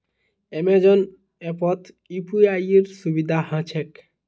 Amazon ऐपत यूपीआईर सुविधा ह छेक